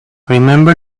remember